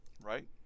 Right